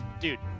dude